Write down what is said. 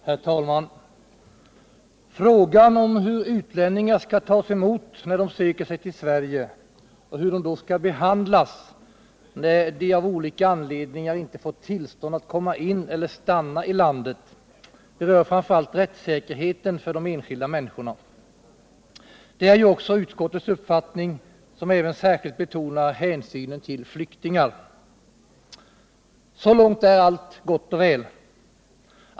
Herr talman! Frågan om hur utlänningar skall tas emot när de söker sig till Sverige och hur de skall behandlas då de av olika anledningar inte fått tillstånd att komma in eller stanna i landet rör framför allt rättssäkerheten för de enskilda människorna. Detta är ju utskottets uppfattning. Utskottet betonar också särskilt hänsynen till flyktingar. Så långt är allt gott och väl.